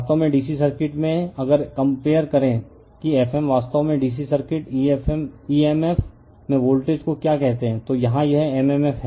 तो वास्तव में DC सर्किट में अगर कम्पेअर करें कि Fm वास्तव में DC सर्किट emf में वोल्टेज को क्या कहते हैं तो यहां यह mmf है